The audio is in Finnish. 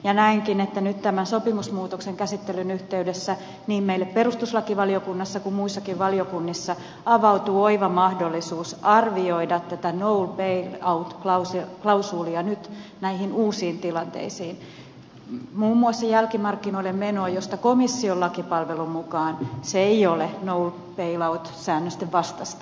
näenkin että nyt tämän sopimusmuutoksen käsittelyn yhteydessä niin meille perustuslakivaliokunnassa kuin muissakin valiokunnissa avautuu oiva mahdollisuus arvioida tätä no bail out klausuulia nyt näihin uusiin tilanteisiin koskien muun muassa jälkimarkkinoille menoa joka komission lakipalvelun mukaan ei ole no bail out säännöstön vastaista